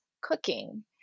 cooking